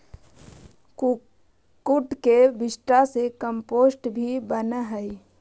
कुक्कुट के विष्ठा से कम्पोस्ट भी बनअ हई